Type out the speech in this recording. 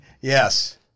Yes